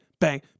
bang